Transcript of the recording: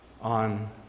on